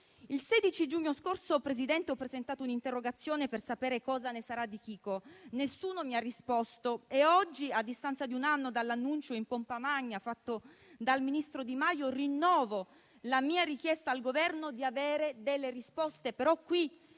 Il 16 giugno scorso, signor Presidente, ho presentato un'interrogazione per sapere cosa sarà di Chico. Nessuno mi ha risposto. Oggi, a distanza di un anno dall'annuncio in pompa magna fatto dal ministro Di Maio, rinnovo la mia richiesta al Governo di avere risposte, ma qui